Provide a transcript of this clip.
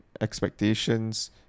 expectations